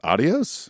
Adios